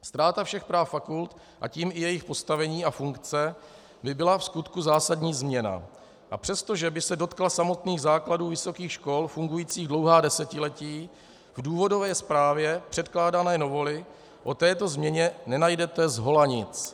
Ztráta všech práv fakult, a tím i jejich postavení a funkce by byla vskutku zásadní změna, a přestože by se dotkla samotných základů vysokých škol fungujících dlouhá desetiletí, v důvodové zprávě předkládané novely o této změně nenajdete zhola nic.